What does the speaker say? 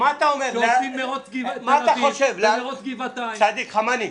שעושים מרוץ תל אביב ומרוץ גבעתיים --- חמני,